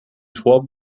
tor